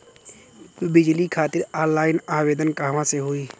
बिजली खातिर ऑनलाइन आवेदन कहवा से होयी?